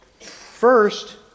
First